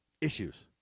issues